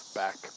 back